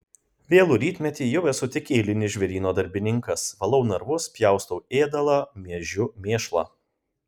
vėlų rytmetį jau esu tik eilinis žvėryno darbininkas valau narvus pjaustau ėdalą mėžiu mėšlą